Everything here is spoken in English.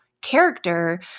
character